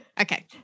okay